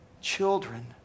children